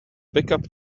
backup